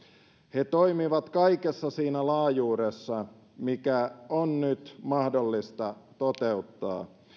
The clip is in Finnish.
he toimivat kaikessa siinä laajuudessa mikä on nyt mahdollista toteuttaa